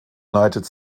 united